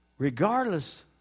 Regardless